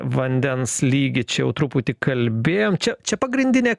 vandens lygį čia jau truputį kalbėjom čia čia pagrindinė